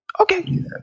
okay